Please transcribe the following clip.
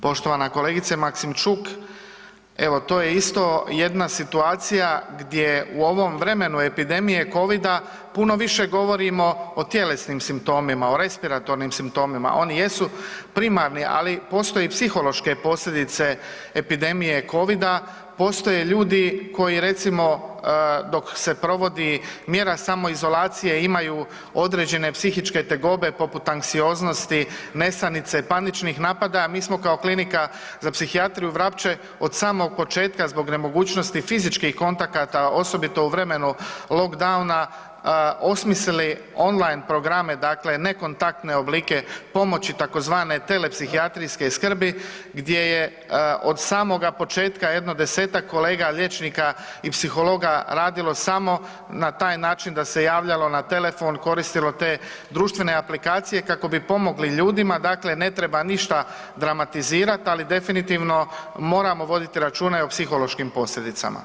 Poštovana kolegice Maksimčuk, evo to je isto jedna situacija gdje u ovom vremenu epidemije Covida puno više govorimo o tjelesnim simptomima, o respiratornim simptomima, oni jesu primarni, ali postoje psihološke posljedice epidemije Covida, postoje ljudi koji recimo dok se provodi mjera samoizolacije imaju određene psihičke tegobe poput anksioznosti, nesanice, paničnih napadaja, mi smo kao Klinika za psihijatriju Vrapče od samog početaka zbog nemogućnosti fizičkih kontakata osobito u vremenu lock downa osmislili on-line programe, dakle ne kontaktne oblike pomoći tzv. telepsihijatrijske skrbi gdje je od samoga početka jedno 10-tak kolega liječnika i psihologa radilo samo na taj način da se javljalo na telefon koristilo te društvene aplikacije kako bi pomogli ljudima, dakle ne treba ništa dramatizirati ali definitivno moramo voditi računa i o psihološkim posljedicama.